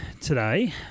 today